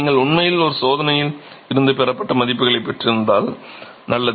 நீங்கள் உண்மையில் ஒரு சோதனையில் இருந்து பெறப்பட்ட மதிப்புகளைப் பெற்றிருந்தால் நல்லது